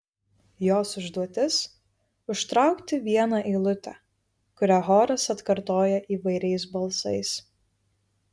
jos užduotis užtraukti vieną eilutę kurią choras atkartoja įvairiais balsais